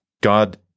God